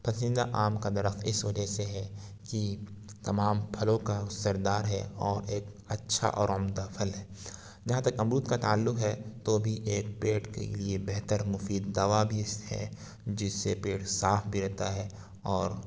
پسندیدہ آم کا درخت اس وجہ سے ہے کہ تمام پھلوں کا سردار ہے اور ایک اچھا اور عمدہ پھل ہے جہاں تک امرود کا تعلق ہے تو بھی ایک پیٹ کے لیے بہتر مفید دوا بھی ہے جس سے پیٹ صاف بھی رہتا ہے اور